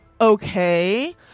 okay